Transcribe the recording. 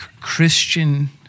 Christian